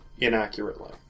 Inaccurately